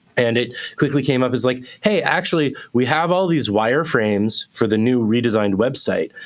and it quickly came off as like hey, actually, we have all these wire frames for the new, redesigned website,